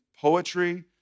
poetry